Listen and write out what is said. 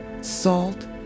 salt